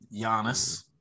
Giannis